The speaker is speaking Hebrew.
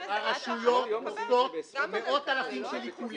-- -הרשויות עושות מאות אלפים של עיקולים.